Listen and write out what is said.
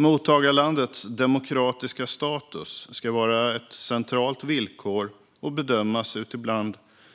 Mottagarlandets demokratiska status ska vara ett centralt villkor och bedömas